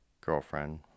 girlfriend